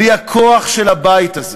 בלי הכוח של הבית הזה.